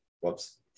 Whoops